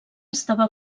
estava